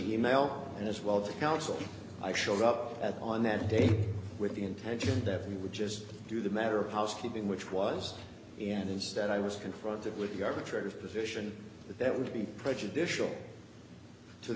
email and as well the counsel i showed up at on that day with the intention that we would just do the matter of housekeeping which was and instead i was confronted with the garbage trade of position that would be prejudicial to